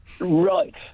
Right